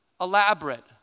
Elaborate